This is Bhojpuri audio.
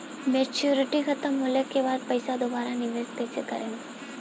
मेचूरिटि खतम होला के बाद पईसा दोबारा निवेश कइसे करेम?